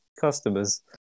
customers